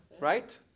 right